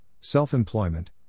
self-employment